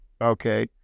Okay